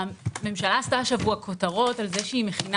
הממשלה עשתה השבוע כותרות על זה שהיא מכינה